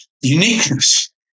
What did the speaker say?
uniqueness